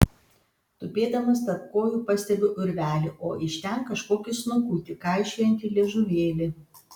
tupėdamas tarp kojų pastebiu urvelį o iš ten kažkokį snukutį kaišiojantį liežuvėlį